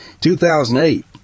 2008